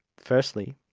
firstly,